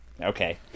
Okay